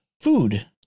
food